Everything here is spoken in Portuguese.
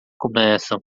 começam